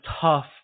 tough